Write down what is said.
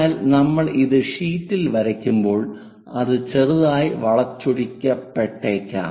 എന്നാൽ നമ്മൾ അത് ഷീറ്റിൽ വരയ്ക്കുമ്പോൾ അത് ചെറുതായി വളച്ചൊടിക്കപ്പെട്ടേക്കാം